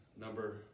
Number